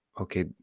okay